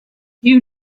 you